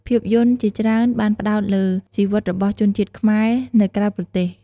ភាពយន្តជាច្រើនបានផ្តោតលើ ជីវិតរបស់ជនជាតិខ្មែរនៅក្រៅប្រទេស។